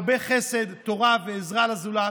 הרבה חסד, תורה ועזרה לזולת.